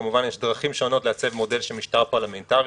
כמובן יש דרכים שונות לעצב מודל של משטר פרלמנטרי.